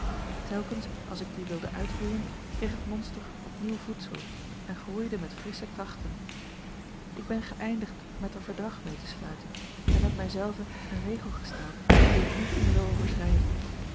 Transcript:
telkens als ik die wilde uitroeien kreeg het monster opnieuw voedsel en groeide met frissche krachten ik ben geëindigd met er verdrag mee te sluiten en heb mij zelven een regel gesteld dien ik niet meer wil